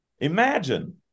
imagine